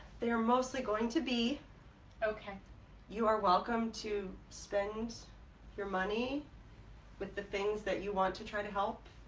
they are mostly going to be okay you are welcome to spend your money with the things that you want to try to help.